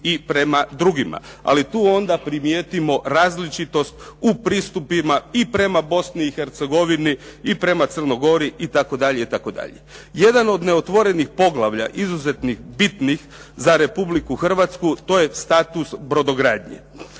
i prema drugima. Ali tu onda primijetimo različitost u pristupima i prema Bosni i Hercegovini i prema Crnoj gori i tako dalje i tako dalje. Jedan od neotvorenih poglavlja izuzetnih, bitnih za Republiku Hrvatsku to je status brodogradnje.